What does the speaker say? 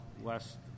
west